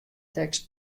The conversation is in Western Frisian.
tekst